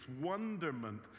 Wonderment